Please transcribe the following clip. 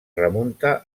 remunta